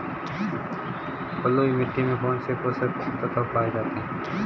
बलुई मिट्टी में कौनसे पोषक तत्व होते हैं?